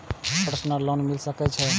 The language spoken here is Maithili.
प्रसनल लोन मिल सके छे?